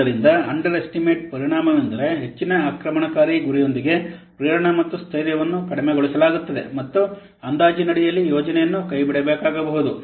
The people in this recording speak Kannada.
ಆದ್ದರಿಂದ ಅಂಡರ್ ಎಸ್ಟಿಮೇಟ್ ಪರಿಣಾಮವೆಂದರೆ ಹೆಚ್ಚಿನ ಆಕ್ರಮಣಕಾರಿ ಗುರಿಯೊಂದಿಗೆ ಪ್ರೇರಣೆ ಮತ್ತು ಸ್ಥೈರ್ಯವನ್ನು ಕಡಿಮೆಗೊಳಿಸಲಾಗುತ್ತದೆ ಮತ್ತು ಅಂದಾಜಿನಡಿಯಲ್ಲಿ ಯೋಜನೆಯನ್ನು ಕೈಬಿಡಬೇಕಾಬಹುದು